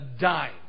dying